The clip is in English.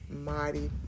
mighty